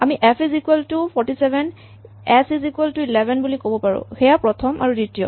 আমি F is equal to ৪৭ H is equal to ১১ বুলি ক'ব পাৰো সেয়া প্ৰথম আৰু দ্বিতীয়